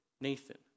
Nathan